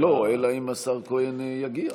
אלא אם כן השר כהן יגיע.